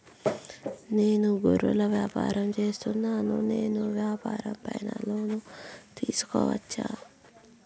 నేను గొర్రెలు వ్యాపారం సేస్తున్నాను, నేను వ్యాపారం పైన లోను తీసుకోవచ్చా?